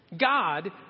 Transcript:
God